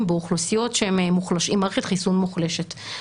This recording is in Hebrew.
באוכלוסיות שהן עם מערכת חיסון מוחלשת.